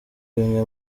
bimwe